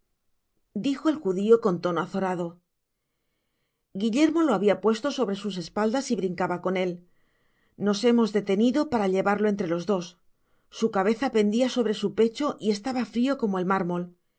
dijo el judio con tono azorado guillermo lo habia puesto sobre sus espaldas y brincaba con él nos hemos detenido para llevarlo entre los dos su cabeza pendia sobre su pecho y estaba frio como el mármol